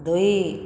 ଦୁଇ